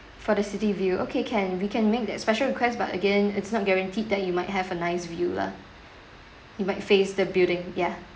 for the city view okay can we can make that special request but again it's not guaranteed that you might have a nice view lah you might face the building ya